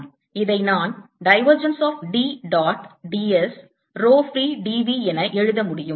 இதை நான் divergence of D dot ds rho free dv என எழுத முடியும்